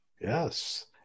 Yes